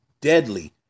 deadly